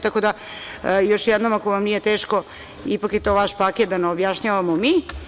Tako da još jednom, ako vam nije teško, ipak je to vaš paket, da ne objašnjavamo mi.